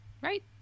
right